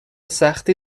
سختی